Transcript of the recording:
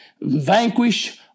vanquish